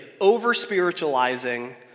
over-spiritualizing